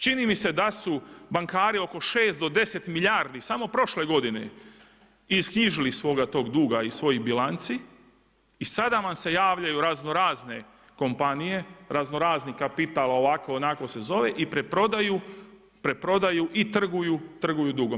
Čini mi se da su bankari oko 6 do 10 milijardi samo prošle godine isknjižili svog tog duga iz svojih bilanci i sada vam se javljaju raznorazne kompanije, raznorazni kapital, ovako, onako se zove, i preprodaju i trguju dugom.